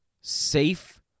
safe